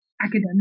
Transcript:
academia